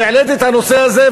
והעליתי את הנושא הזה,